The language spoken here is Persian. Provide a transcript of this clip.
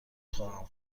خواهم